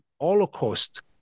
holocaust